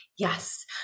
Yes